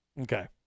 Okay